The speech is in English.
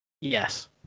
Yes